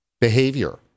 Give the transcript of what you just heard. behavior